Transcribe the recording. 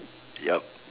yup